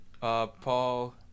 Paul